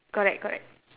correct correct